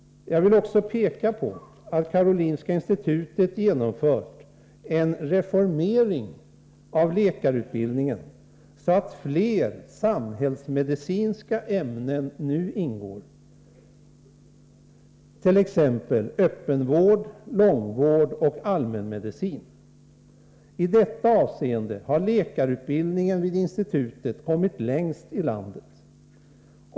Jag vill också peka på att Karolinska institutet genomfört en reformering av läkarutbildningen, så att fler samhällsmedicinska ämnen nu ingår, t.ex. öppenvård, långvård och allmän medicin. I detta avseende har läkarutbildningen vid institutet kommit längst i landet.